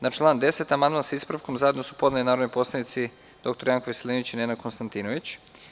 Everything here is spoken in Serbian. Na član 10. amandman sa ispravkom zajedno su podneli narodni poslanici dr Janko Veselinović i Nenad Konstantinović.